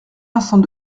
vincent